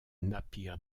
napier